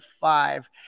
five